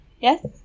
Yes